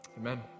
Amen